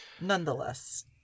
Nonetheless